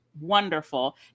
wonderful